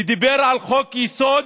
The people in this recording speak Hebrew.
הוא דיבר על חוק-יסוד,